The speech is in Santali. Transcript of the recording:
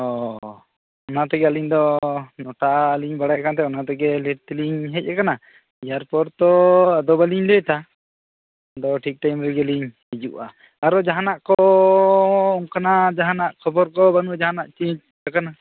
ᱚ ᱚᱱᱟ ᱛᱮᱜᱮ ᱟᱞᱤᱧ ᱫᱚ ᱱᱚᱴᱟ ᱞᱤᱧ ᱵᱟᱲᱟᱭ ᱠᱟᱱ ᱛᱟᱦᱮᱸᱫ ᱚᱱᱟ ᱛᱮᱜᱮ ᱞᱮᱹᱴ ᱛᱮᱞᱤᱧ ᱦᱮᱡ ᱟᱠᱟᱱᱟ ᱮᱭᱟᱨ ᱯᱚᱨ ᱛᱚ ᱟᱫᱚ ᱵᱟᱞᱤᱧ ᱞᱮᱹᱴᱟ ᱟᱫᱚ ᱴᱷᱤᱠ ᱴᱟᱭᱤᱢ ᱨᱮᱜᱮ ᱞᱤᱧ ᱦᱤᱡᱩᱜᱼᱟ ᱟᱨᱚ ᱡᱟᱦᱟᱸ ᱱᱟᱜ ᱠᱚ ᱚᱱᱠᱟᱱᱟᱜ ᱡᱟᱦᱟᱸᱱᱟᱜ ᱠᱷᱚᱵᱚᱨ ᱠᱚ ᱵᱟᱱᱩᱜᱼᱟ ᱡᱟᱦᱟᱸᱱᱟᱜ ᱪᱮᱹᱮᱧᱡᱽ ᱟᱠᱟᱱᱟ